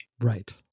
Right